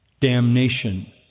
damnation